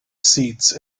seats